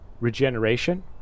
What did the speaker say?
regeneration